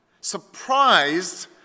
Surprised